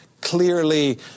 clearly